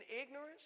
ignorance